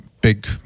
big